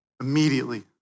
Immediately